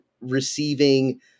receiving